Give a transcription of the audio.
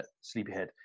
Sleepyhead